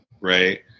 right